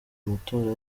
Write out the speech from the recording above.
amatora